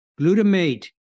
glutamate